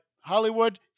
Hollywood